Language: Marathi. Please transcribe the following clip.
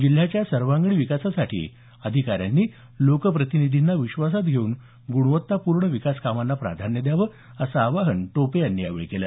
जिल्ह्याच्या सर्वांगीण विकासासाठी अधिकाऱ्यांनी लोकप्रतिनिधींना विश्वासात घेऊन गुणवत्तापूर्ण विकास कामांना प्राधान्य द्यावं असं आवाहन पालकमंत्री टोपे यांनी यावेळी केलं